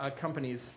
companies